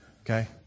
Okay